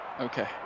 Okay